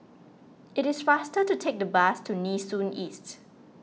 it is faster to take the bus to Nee Soon East